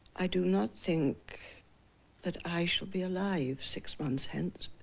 i do not think that i shall be alive six months hence.